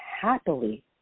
happily